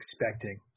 expecting